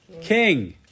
king